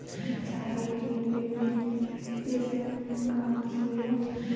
चारे की भिन्न भिन्न किस्में कौन सी हैं?